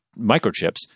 microchips